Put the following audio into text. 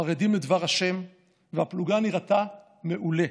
חרדים לדבר השם, והפלוגה נראתה מעולה,